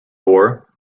door